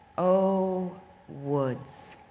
oh woods,